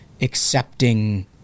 accepting